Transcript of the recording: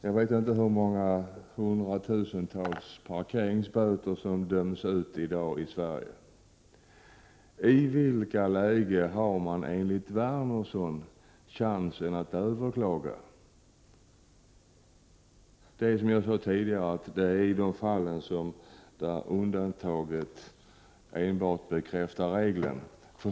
Jag vet inte hur många hundratusentals parkeringsböter som döms ut i dag i Sverige, men ge mig en förklaring angående i vilka lägen man enligt Wernersson har chansen att överklaga. Som jag sade tidigare är det bara ett av de fall där undantaget bekräftar regeln.